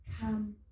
come